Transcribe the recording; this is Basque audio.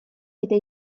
eta